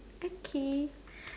okay